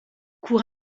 cours